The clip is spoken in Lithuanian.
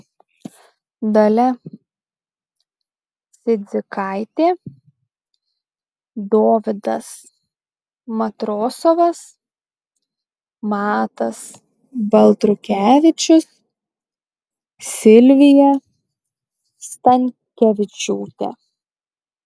dalia cidzikaitė dovydas matrosovas matas baltrukevičius silvija stankevičiūtė